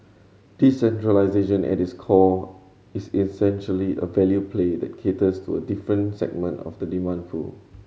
decentralisation at its core is essentially a value play that caters to a different segment of the demand pool